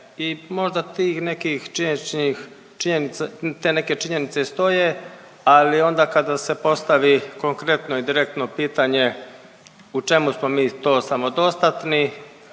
te neke činjenice stoje, ali onda kada se postavi konkretno i direktno pitanje u čemu smo mi to samodostatni,